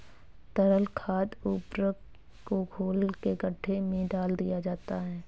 तरल खाद उर्वरक को घोल के गड्ढे में डाल दिया जाता है